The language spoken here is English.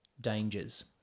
dangers